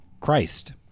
Christ